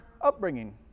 upbringing